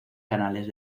canales